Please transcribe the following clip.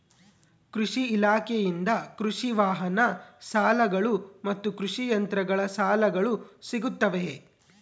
ಕೃಷಿ ಇಲಾಖೆಯಿಂದ ಕೃಷಿ ವಾಹನ ಸಾಲಗಳು ಮತ್ತು ಕೃಷಿ ಯಂತ್ರಗಳ ಸಾಲಗಳು ಸಿಗುತ್ತವೆಯೆ?